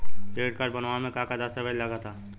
Credit card बनवावे म का का दस्तावेज लगा ता?